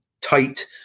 tight